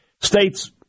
State's